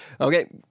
Okay